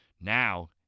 Now